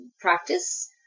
practice